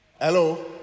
hello